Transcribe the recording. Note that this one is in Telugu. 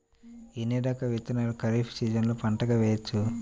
ఎన్ని రకాల విత్తనాలను ఖరీఫ్ సీజన్లో పంటగా వేయచ్చు?